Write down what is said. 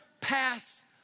pass